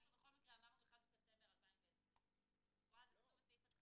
14 בכל מקרה אמרנו 1 בספטמבר 2020. את רואה?